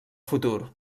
futur